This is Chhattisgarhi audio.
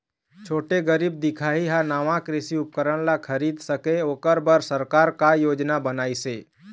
छोटे गरीब दिखाही हा नावा कृषि उपकरण ला खरीद सके ओकर बर सरकार का योजना बनाइसे?